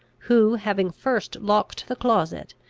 who, having first locked the closet,